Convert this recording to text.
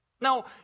Now